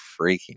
freaking